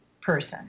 person